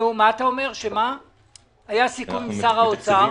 אתה אומר שהיה סיכום עם שר האוצר?